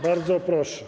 Bardzo proszę.